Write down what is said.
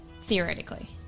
theoretically